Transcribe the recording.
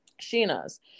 Sheena's